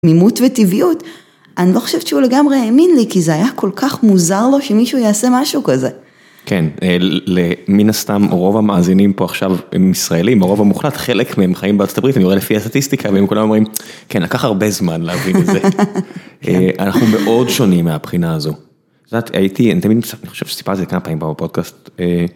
תמימות וטבעיות, אני לא חושבת שהוא לגמרי האמין לי, כי זה היה כל כך מוזר לו שמישהו יעשה משהו כזה. כן, מן הסתם רוב המאזינים פה עכשיו הם ישראלים, הרוב המוחלט, חלק מהם חיים בארצות הברית, אני רואה לפי הסטטיסטיקה, והם כולם אומרים, כן לקח הרבה זמן להבין את זה. אנחנו מאוד שונים מהבחינה הזו. את יודעת, אני חושב שסיפרתי את זה כמה פעמים בפודקאסט.